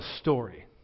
story